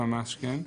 ממש, כן.